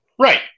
right